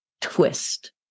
twist